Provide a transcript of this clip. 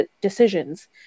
decisions